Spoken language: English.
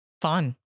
Fun